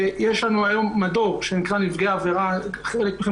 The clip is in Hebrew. ויש לנו היום מדור שנקרא: נפגעי העבירה חלקכם